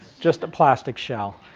just a plastic shell.